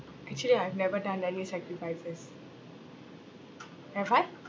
actually I have never done any sacrifices have I